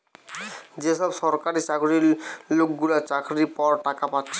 যে সব সরকারি চাকুরে লোকগুলা চাকরির পর টাকা পাচ্ছে